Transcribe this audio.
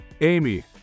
Amy